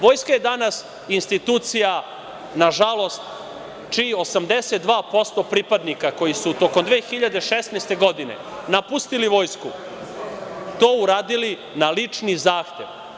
Vojska je danas institucija na žalost, čijih 82% pripadnika koji su tokom 2016. godine napustili Vojsku, to uradili na lični zahtev.